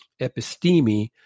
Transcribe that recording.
episteme